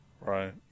Right